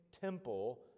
temple